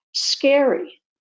scary